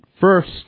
first